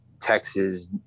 Texas